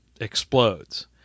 explodes